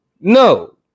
No